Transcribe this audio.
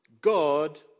God